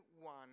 one